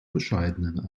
bescheidenen